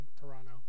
Toronto